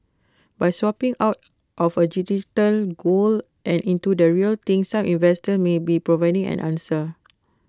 by swapping out of A digital gold and into the real thing some investors may be providing an answer